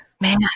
man